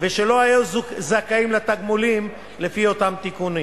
ושלא היו זכאים לתגמולים לפי אותם תיקונים.